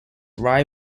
rai